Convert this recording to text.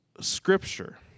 Scripture